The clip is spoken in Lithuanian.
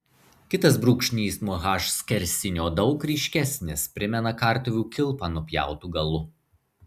kitas brūkšnys nuo h skersinio daug ryškesnis primena kartuvių kilpą nupjautu galu